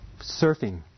surfing